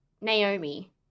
Naomi –